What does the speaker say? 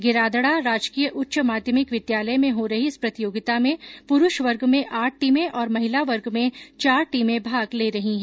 गिरादड़ा राजकीय उच्च माध्यमिक विद्यालय में हो रही इस प्रतियोगिता में पुरूष वर्ग में आठ टीमें और महिला वर्ग में चार टीमें भाग ले रही हैं